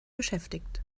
beschäftigt